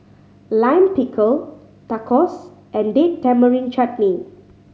Lime Pickle Tacos and Date Tamarind Chutney